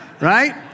right